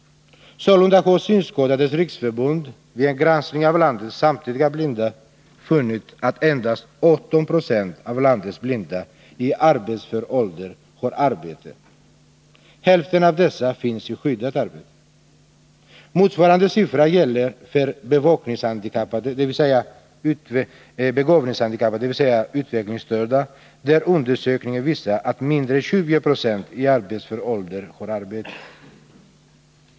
Sålunda har Synskadades riksförbund vid en granskning av landets samtliga blinda funnit att endast 18 96 av landets blinda i arbetsför ålder har arbete. Hälften av dessa finns i skyddat arbete. Motsvarande siffra gäller för begåvningshandikappade, dvs. utvecklingsstörda, där undersökningar visar att mindre än 20 96 i arbetsför ålder har arbete.